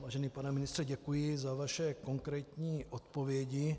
Vážený pane ministře, děkuji za vaše konkrétní odpovědi.